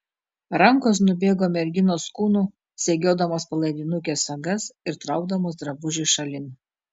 rankos nubėgo merginos kūnu segiodamos palaidinukės sagas ir traukdamos drabužį šalin